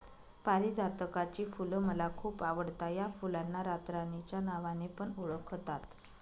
पारीजातकाची फुल मला खूप आवडता या फुलांना रातराणी च्या नावाने पण ओळखतात